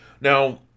Now